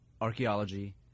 archaeology